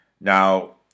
Now